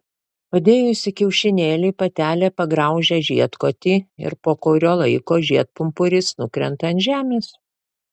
padėjusi kiaušinėlį patelė pagraužia žiedkotį ir po kurio laiko žiedpumpuris nukrenta ant žemės